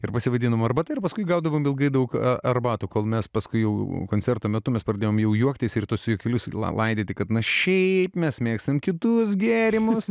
ir pasivadinome arbata ir paskui gaudavome ilgai daug arbatų kol mes paskui jau koncerto metu mes pradėjome jau juoktis ir tuos juokelius laidyti kad na šiaip mes mėgstame kitus gėrimus